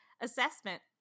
assessment